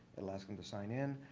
it'll ask them to sign in.